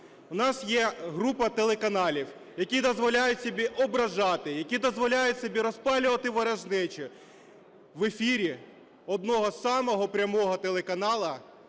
В нас є група телеканалів, які дозволяють собі ображати, які дозволяють собі розпалювати ворожнечу. В ефірі одного самого прямого телеканалу